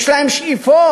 יש להם שאיפות,